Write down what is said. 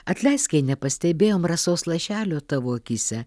atleisk jei nepastebėjom rasos lašelio tavo akyse